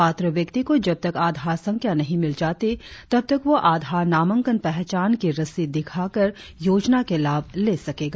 पात्र व्यक्ति को जब तक आधार संख्या नही मिल जाती तब तक वह आधार नामांकन पहचान की रसीद दिखाकर योजना के लाभ ले सकेगा